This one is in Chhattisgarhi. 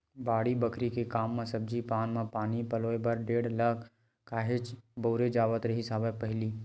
बाड़ी बखरी के काम म सब्जी पान मन म पानी पलोय बर टेंड़ा ल काहेच के बउरे जावत रिहिस हवय पहिली